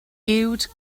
uwd